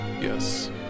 Yes